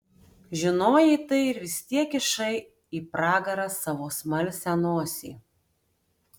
žinojai tai ir vis tiek kišai į pragarą savo smalsią nosį